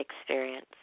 experience